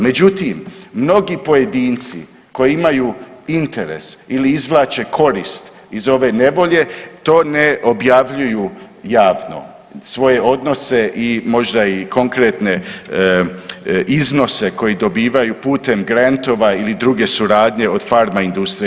Međutim, mnogi pojedinci koji imaju interes ili izvlače korist iz ove nevolje, to ne objavljuju javno svoje odnose možda i konkretne iznose koje dobivaju putem grentova ili druge suradnje od farma industrije.